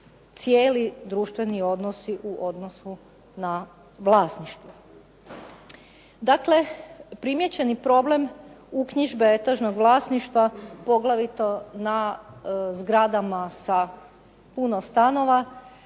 cijeli društveni odnosi u odnosu na vlasništvo. Dakle, primijećen je problem uknjižbe etažnog vlasništva, poglavito na zgradama sa puno stanova.